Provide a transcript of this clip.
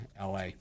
la